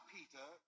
Peter